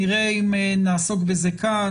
נראה אם נעסוק בזה כאן,